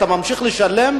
אתה ממשיך לשלם,